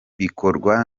bikorwa